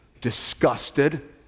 disgusted